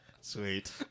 sweet